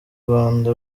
rwanda